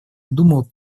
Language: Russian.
думал